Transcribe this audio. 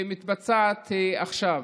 מתבצעת עכשיו.